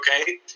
okay